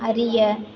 அறிய